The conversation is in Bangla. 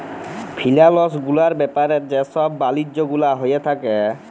ফিলালস গুলার ব্যাপারে যে ছব বালিজ্য গুলা হঁয়ে থ্যাকে